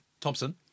Thompson